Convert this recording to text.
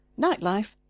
nightlife